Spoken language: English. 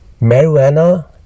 Marijuana